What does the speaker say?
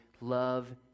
love